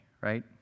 right